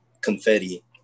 confetti